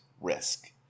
risk